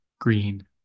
green